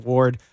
Ward